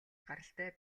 гаралтай